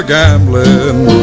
gambling